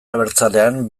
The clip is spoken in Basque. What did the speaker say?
abertzalean